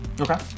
Okay